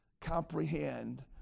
comprehend